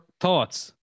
thoughts